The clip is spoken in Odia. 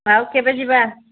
ଆଉ କେବେ ଯିବା